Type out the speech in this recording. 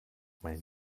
mein